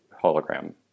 hologram